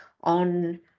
on